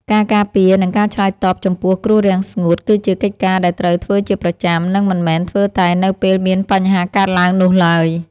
ការការពារ និងការឆ្លើយតបចំពោះគ្រោះរាំងស្ងួតគឺជាកិច្ចការដែលត្រូវធ្វើជាប្រចាំ និងមិនមែនធ្វើតែនៅពេលមានបញ្ហាកើតឡើងនោះឡើយ។